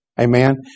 Amen